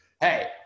hey